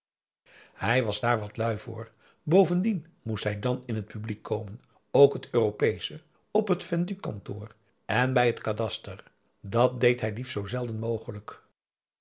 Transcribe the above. hij was daar wat lui voor bovendien moest hij dan in het publiek komen ook het europeesche op het vendukantoor en bij het kadaster dat deed hij liefst zoo zelden mogelijk